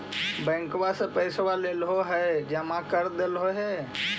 बैंकवा से पैसवा लेलहो है जमा कर देलहो हे?